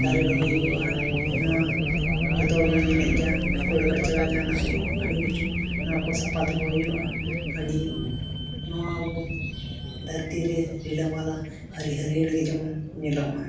ᱫᱟᱨᱮ ᱨᱚᱦᱚᱭ ᱦᱩᱭᱩᱜᱼᱟ ᱱᱚᱣᱟ ᱡᱚᱛᱚ ᱦᱚᱲ ᱵᱚᱱ ᱧᱮᱞᱮᱫ ᱜᱮᱭᱟ ᱠᱩᱲᱟᱹᱼᱠᱟᱪᱲᱟ ᱡᱟᱦᱟᱱᱟᱜ ᱜᱮ ᱟᱹᱰᱤ ᱠᱤᱪᱷᱩ ᱱᱚᱣᱟᱠᱚ ᱥᱟᱯᱷᱟ ᱫᱚᱦᱚ ᱦᱩᱭᱩᱜᱼᱟ ᱟᱹᱰᱤ ᱱᱚᱣᱟ ᱟᱵᱚ ᱫᱷᱟᱹᱨᱛᱤᱨᱮ ᱨᱤᱞᱟᱹᱢᱟᱞᱟ ᱦᱟᱹᱨᱤ ᱦᱟᱹᱨᱭᱟᱹᱲ ᱜᱮ ᱡᱮᱢᱚᱱ ᱧᱮᱞᱚᱜ ᱢᱟ